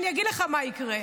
אני אגיד לך מה יקרה.